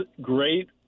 great